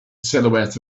silhouette